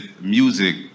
music